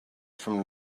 from